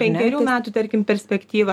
penkerių metų tarkim perspektyvą